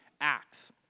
acts